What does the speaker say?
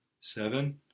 Seven